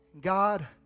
God